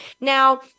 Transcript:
Now